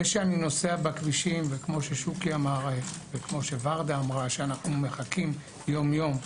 זה שאני נוסע בכבישים, ואנו מחכים יום-יום,